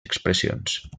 expressions